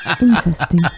Interesting